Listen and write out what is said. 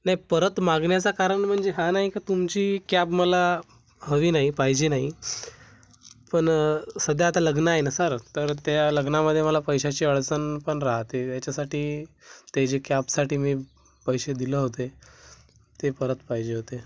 नाही परत मागण्याचा कारण म्हणजे हा नाही का तुमची क्याब मला हवी नाही पाहिजे नाही पण सध्या आता लग्न आहे ना सर तर त्या लग्नामध्ये मला पैशाची अडचण पण राहते याच्यासाठी ते जे क्याबसाठी मी पैसे दिलं होते ते परत पाहिजे होते